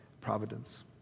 providence